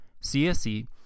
CSE